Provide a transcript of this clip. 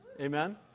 amen